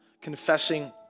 confessing